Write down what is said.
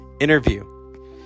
interview